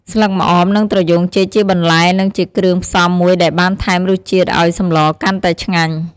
ស្លឹកម្អម និងត្រយ៉ូងចេកជាបន្លែនិងជាគ្រឿងផ្សំមួយដែលបានថែមរសជាតិឲ្យសម្លកាន់តែឆ្ងាញ់។